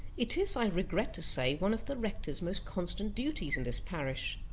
it is, i regret to say, one of the rector's most constant duties in this parish.